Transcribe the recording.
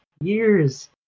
years